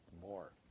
more